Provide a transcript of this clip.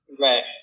Right